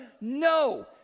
No